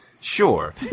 Sure